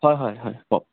হয় হয় হয় কওক